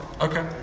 Okay